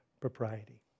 propriety